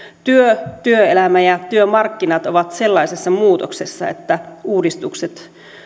työ työelämä ja työmarkkinat ovat sellaisessa muutoksessa että uudistukset